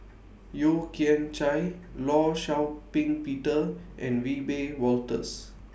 Yeo Kian Chye law Shau Ping Peter and Wiebe Wolters